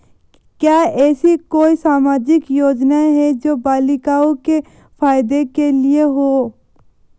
क्या ऐसी कोई सामाजिक योजनाएँ हैं जो बालिकाओं के फ़ायदे के लिए हों?